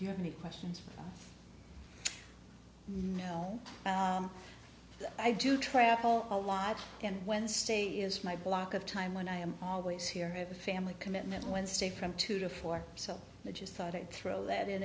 you have any questions for no i do travel a lot and wednesday is my block of time when i am always here have a family commitment wednesday from two to four so i just thought i'd throw that in